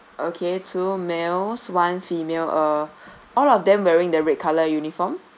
okay two males one female uh all of them wearing the red color uniform